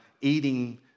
eating